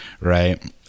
right